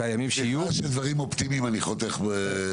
כשזה דברים אופטימיים, אני חותך.